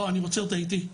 לא, אני רוצה אותה איתי.